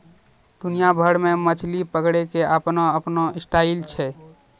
दुनिया भर मॅ मछली पकड़ै के आपनो आपनो स्टाइल छै